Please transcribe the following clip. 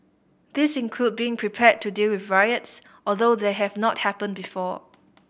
these include being prepared to deal with riots although they have not happened before